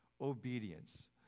Obedience